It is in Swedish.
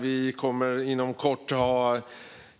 Vi kommer inom kort att ha